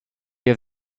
have